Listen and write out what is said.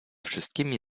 wszystkimi